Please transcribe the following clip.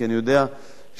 כי אני יודע שכשם,